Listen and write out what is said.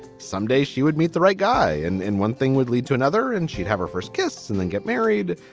someday she would meet the right guy. and and one thing would lead to another and she'd have her first kiss and then get married.